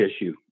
issue